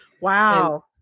Wow